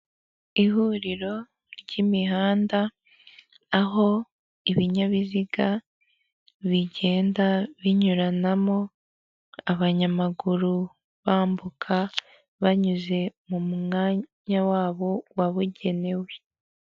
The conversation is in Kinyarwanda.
Ihuriro ry'imihanda aho ibinyabiziga bigenda binyuranamo, abanyamaguru bambuka banyuze mu mwanya wabo wabugenewe.